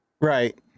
right